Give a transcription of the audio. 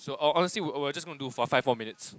so ho~ honestly we we are just gonna do for five four minutes